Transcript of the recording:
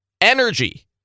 Energy